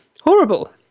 Horrible